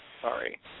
Sorry